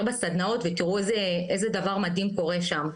בסדנאות ותראו איזה דבר מדהים קורה שם,